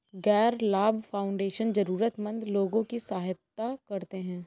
गैर लाभ फाउंडेशन जरूरतमन्द लोगों की सहायता करते हैं